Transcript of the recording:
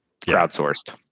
Crowdsourced